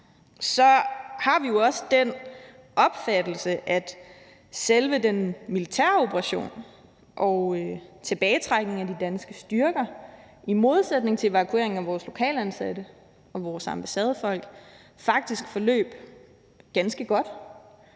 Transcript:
har vi jo også den opfattelse, at selve den militære operation og tilbagetrækningen af de danske styrker i modsætning til evakueringen af vores lokalt ansatte og vores ambassadefolk faktisk forløb ganske godt.